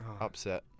Upset